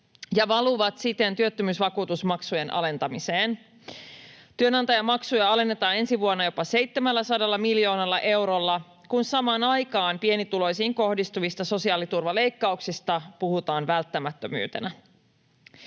ja valuvat siten työttömyysvakuutusmaksujen alentamiseen. Työnantajamaksuja alennetaan ensi vuonna jopa 700 miljoonalla eurolla, kun samaan aikaan pienituloisiin kohdistuvista sosiaaliturvaleikkauksista puhutaan välttämättömyytenä.